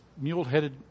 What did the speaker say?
mule-headed